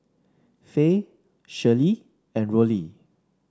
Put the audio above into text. Faye Shirley and Rollie